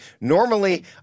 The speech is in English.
Normally